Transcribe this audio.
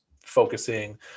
focusing